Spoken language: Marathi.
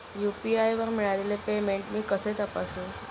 यू.पी.आय वर मिळालेले पेमेंट मी कसे तपासू?